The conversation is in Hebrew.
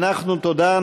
תודה.